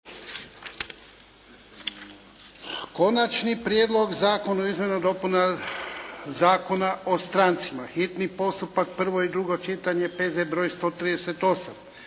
Konačni prijedlog zakona o izmjenama i dopunama Zakona o strancima, hitni postupak, prvo i drugo čitanje, P.Z.E. br. 138.